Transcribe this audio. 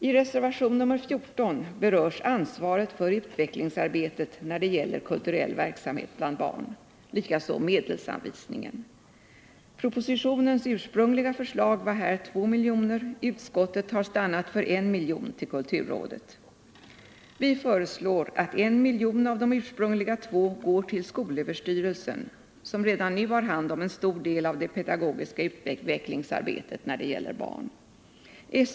I reservation nr 14 berörs ansvaret för utvecklingsarbete när det gäller kulturell verksamhet bland barn, likaså medelsanvisningen. Propositionens ursprungliga förslag var här 2 milj.kr., men utskottet har stannat för 1 milj.kr. till kulturrådet. Vi föreslår att I milj.kr. av ursprungliga 2 milj.kr. går till skolöverstyrelsen som redan nu har hand om en stor del av det pedagogiska utvecklingsarbetet när det gäller barn.